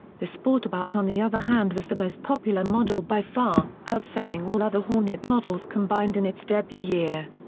the sportabout on the other hand was the most popular model by far, outselling all other hornet models combined in its debut year.